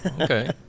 okay